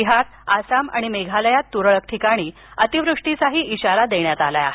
बिहार आसाम आणि मेघालयात तुरळक ठिकाणी अतिवृष्टीचा इशारा देण्यात आला आहे